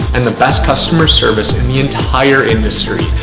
and the best customer service in the entire industry.